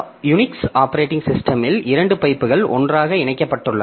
Unix operating சிஸ்டமில் 2 பைப்புகள் ஒன்றாக இணைக்கப்பட்டுள்ளன